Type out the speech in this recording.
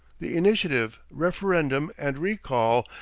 the initiative, referendum, and recall,